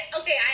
Okay